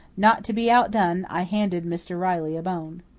not to be outdone, i handed mr. riley a bone.